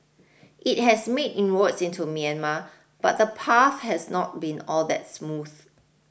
it has made inroads into Myanmar but the path has not been all that smooth